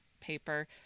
Paper